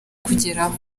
kugeraho